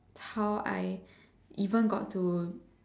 how I even got to